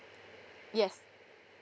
yes